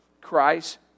Christ